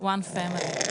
כן.